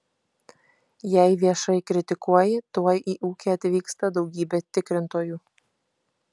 jei viešai kritikuoji tuoj į ūkį atvyksta daugybė tikrintojų